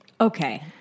okay